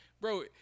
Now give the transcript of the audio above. bro